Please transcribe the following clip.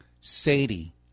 Sadie